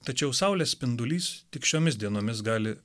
tačiau saulės spindulys tik šiomis dienomis gali